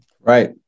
Right